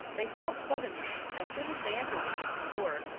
they stopped suddenly, as soon as they entered the kitchen door,